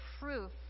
proof